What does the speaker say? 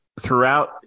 throughout